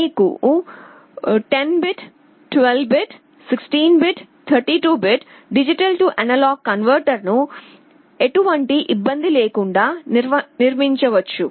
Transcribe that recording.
మీరు 10 bit 12 bit 16 bit 32 bit D A కన్వర్టర్ను ఎటువంటి ఇబ్బంది లేకుండా నిర్మించవచ్చు